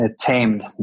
tamed